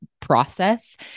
process